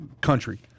country